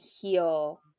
heal